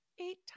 eight